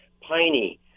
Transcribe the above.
piney